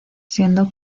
siendo